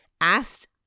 asked